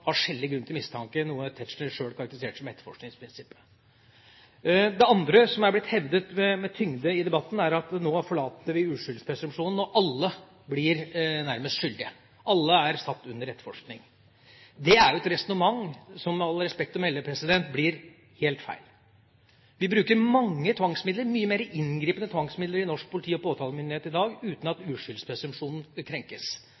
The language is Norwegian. ha skjellig grunn til mistanke, noe Tetzschner sjøl karakteriserte som etterforskningsprinsippet. Det andre som er blitt hevdet med tyngde i debatten, er at nå forlater vi uskyldspresumpsjonen, at alle blir nærmest skyldige, og at alle er satt under etterforskning. Det er jo et resonnement som med respekt å melde blir helt feil. Vi bruker mange tvangsmidler, mye mer inngripende tvangsmidler i norsk politi og påtalemyndighet i dag, uten at uskyldspresumpsjonen krenkes.